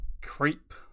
creep